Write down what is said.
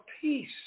peace